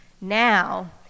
Now